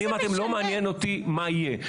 אני אמרתי לא מעניין אותי מה יהיה.